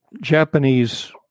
Japanese